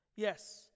Yes